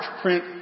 print